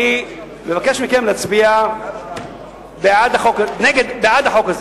אני מבקש מכם להצביע בעד החוק הזה,